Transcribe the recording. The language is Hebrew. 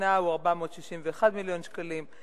השנה הוא 461 מיליון שקלים.